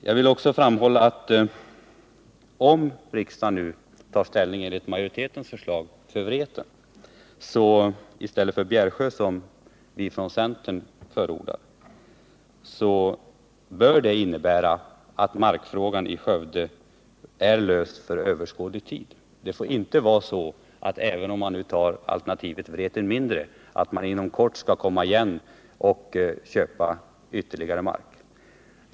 Jag vill också framhålla att om riksdagen nu i enlighet med majoritetens förslag tar ställning för Vreten i stället för Bjärsjö, som vi i centern förordar, så bör det innebära att markfrågan i Skövde är löst för överskådlig tid. Det får inte vara så att man inom kort kommer igen och köper ytterligare mark, även om man nu väljer alternativet Vreten mindre.